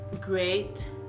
great